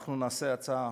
אנחנו נעשה הצעה